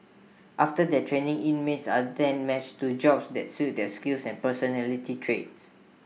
after their training inmates are then matched to jobs that suit their skills and personality traits